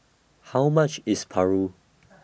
How much IS Paru